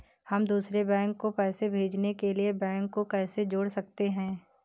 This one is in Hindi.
हम दूसरे बैंक को पैसे भेजने के लिए बैंक को कैसे जोड़ सकते हैं?